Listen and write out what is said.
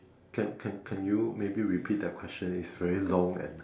can can can you maybe repeat that question it's very long and